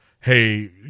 Hey